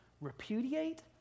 repudiate